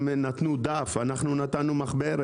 שם אובדן